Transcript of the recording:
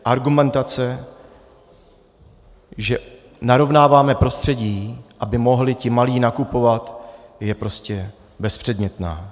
Argumentace, že narovnáváme prostředí, aby mohli ti malí nakupovat, je prostě bezpředmětná.